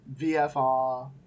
VFR